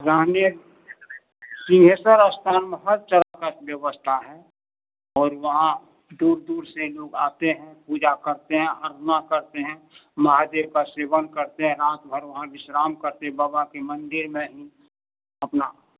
रहने सिंघेश्वर स्थान में हर तरह का व्यवस्था है और वहाँ दूर दूर से लोग आते हैं पूजा करते है आराधना करते हैं महादेव का सेवन करते हैं रात भर वहाँ विश्राम करते हैं बाबा के मंदिर में ही अपना